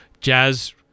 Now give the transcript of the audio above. Jazz